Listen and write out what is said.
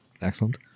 excellent